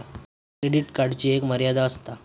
credit कार्डची एक मर्यादा आसता